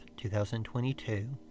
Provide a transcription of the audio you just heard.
2022